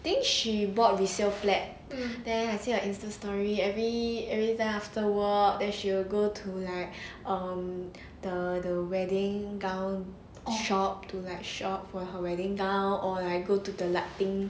think she bought resale flat then I see her insta story every every time after work then she will go to like um the the wedding gown shop to like shop for her wedding gown or like go to the lighting